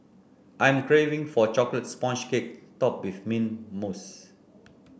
I am craving for a chocolate sponge cake topped with mint mousse